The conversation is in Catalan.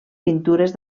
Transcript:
pintures